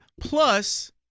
Plus